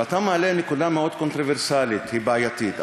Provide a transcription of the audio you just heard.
ואתה מעלה נקודה מאוד קונטרוברסלית, בעייתית.